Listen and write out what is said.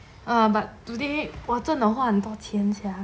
err but today 我真的花很多钱 sia